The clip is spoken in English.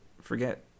forget